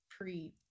pre